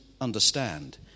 understand